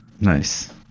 Nice